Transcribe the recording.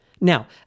Now